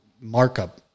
markup